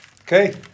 Okay